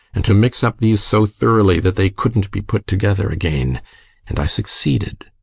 and to mix up these so thoroughly that they couldn't be put together again and i succeeded,